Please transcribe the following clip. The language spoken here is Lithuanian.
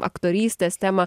aktorystės temą